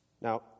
now